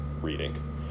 reading